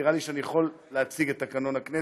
נראה לי שאני יכול להציג את תקנון הכנסת.